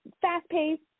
fast-paced